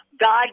God